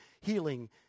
healing